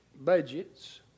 budgets